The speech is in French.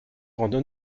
rendre